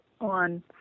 on